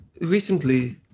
Recently